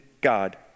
God